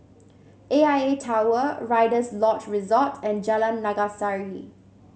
A I A Tower Rider's Lodge Resort and Jalan Naga Sari